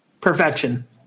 Perfection